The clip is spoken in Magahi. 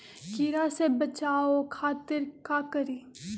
कीरा से बचाओ खातिर का करी?